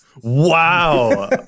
Wow